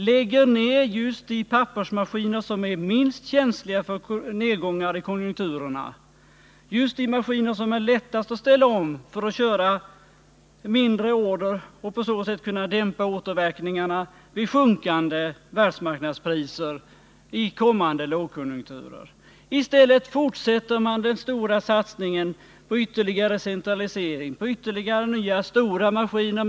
tar ur bruk just de pappersmaskiner som är minst känsliga för nedgång i konjunkturerna. Just de maskiner som är lättast att ställa om för att köra mindre order och därmed dämpa återverkningar av sjunkande världsmarknadspriser vid kommande lågkonjunkturer är det man vill ta ur bruk. I stället ningen på ytterligare centralisering, på än stör fortsätter man den stora maskiner.